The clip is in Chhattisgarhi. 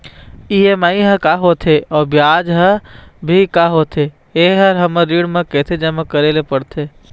ई.एम.आई हर का होथे अऊ ब्याज हर भी का होथे ये हर हमर ऋण मा कैसे जमा करे ले पड़ते?